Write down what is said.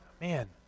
Man